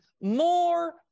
more